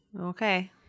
Okay